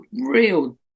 real